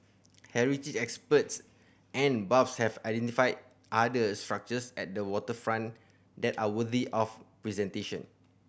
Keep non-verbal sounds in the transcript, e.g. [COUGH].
heritage experts and buffs have identified other structures at the waterfront that are worthy of [UNINTELLIGIBLE]